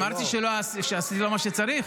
אמרתי שלא עשיתי מה שצריך?